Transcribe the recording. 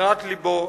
בחירת לבו,